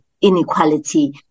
inequality